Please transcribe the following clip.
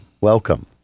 welcome